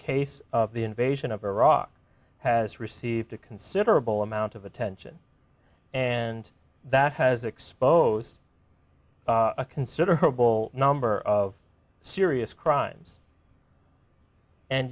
case of the invasion of iraq has received a considerable amount of attention and that has exposed a considerable number of serious crimes and